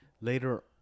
Later